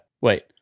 wait